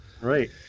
Right